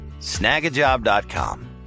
snagajob.com